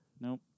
Nope